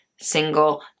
single